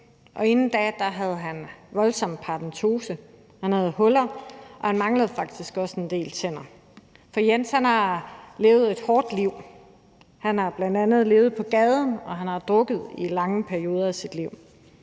og inden da havde han voldsom paradentose. Han havde huller, og han manglede faktisk også en del tænder. For Jens har levet et hårdt liv. Han har bl.a. levet på gaden, og han har drukket i lange perioder af sit liv.